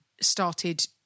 started